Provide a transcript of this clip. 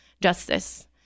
justice